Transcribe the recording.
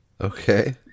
Okay